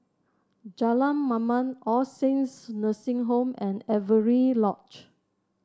Jalan Mamam All Saints Nursing Home and Avery Lodge